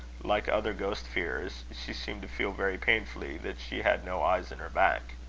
like other ghost-fearers, she seemed to feel very painfully that she had no eyes in her back.